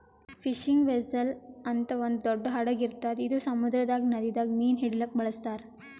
fishing vessel ಅಂತ್ ಒಂದ್ ದೊಡ್ಡ್ ಹಡಗ್ ಇರ್ತದ್ ಇದು ಸಮುದ್ರದಾಗ್ ನದಿದಾಗ್ ಮೀನ್ ಹಿಡಿಲಿಕ್ಕ್ ಬಳಸ್ತಾರ್